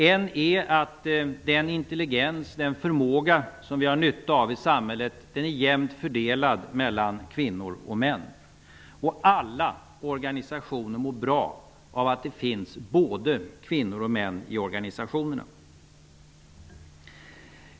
En är att den intelligens och förmåga som vi har nytta av i samhället är jämt fördelad mellan kvinnor och män, och alla organisationer mår bra av att det finns både kvinnor och män i dem.